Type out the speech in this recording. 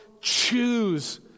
Choose